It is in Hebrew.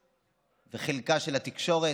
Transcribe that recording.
ובחלקה, של התקשורת.